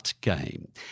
Game